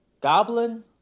Goblin